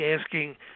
asking